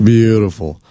Beautiful